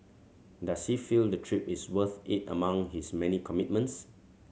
does he feel the trip is worth it among his many commitments